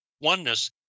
oneness